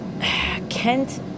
Kent